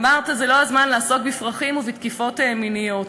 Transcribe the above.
אמרת: זה לא הזמן לעסוק בפרחים ובתקיפות מיניות.